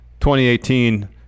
2018